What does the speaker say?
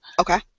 okay